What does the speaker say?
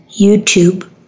YouTube